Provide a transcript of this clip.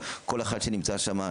אבל כל אחד שנמצא שם,